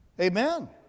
Amen